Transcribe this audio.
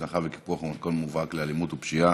הזנחה וקיפוח הם מתכון מובהק לאלימות ולפשיעה